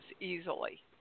easily